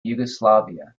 yugoslavia